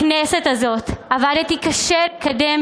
בכנסת הזאת עבדתי קשה לקדם,